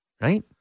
Right